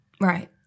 right